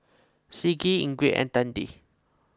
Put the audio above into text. Siddie Ingrid and Tandy